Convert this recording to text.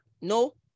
No